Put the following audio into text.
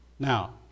Now